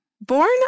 Born